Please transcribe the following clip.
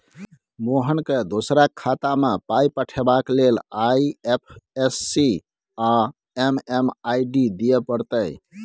मोहनकेँ दोसराक खातामे पाय पठेबाक लेल आई.एफ.एस.सी आ एम.एम.आई.डी दिअ पड़तै